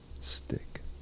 stick